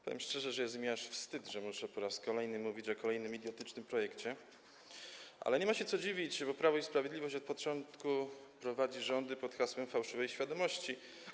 Powiem szczerze, że jest mi aż wstyd, że muszę po raz kolejny mówić o kolejnym idiotycznym projekcie, ale nie ma się co dziwić, bo Prawo i Sprawiedliwość od początku prowadzi rządy pod hasłem fałszywej świadomości.